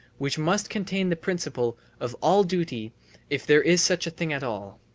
which must contain the principle of all duty if there is such a thing at all.